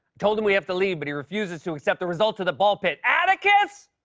told him we have to leave, but he refuses to accept the results of the ball pit! atticus!